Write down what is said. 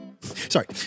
Sorry